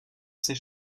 ses